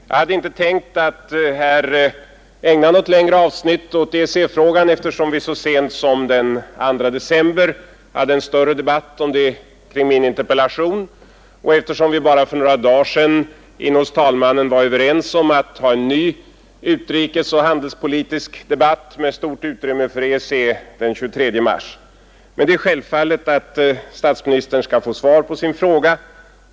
Jag hade inte tänkt att här ägna något längre avsnitt åt EEC-frågan, eftersom vi så sent som den 2 december hade en större debatt om den med anledning av min interpellation och eftersom vi bara för några dagar sedan inne hos talmannen var överens om att ha en ny utrikesoch handelspolitisk debatt, med stort utrymme för EEC, den 23 mars. Men det är självklart att statsministern skall få svar på sin fråga.